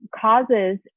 causes